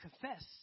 confess